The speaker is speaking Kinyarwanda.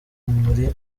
muri